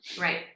Right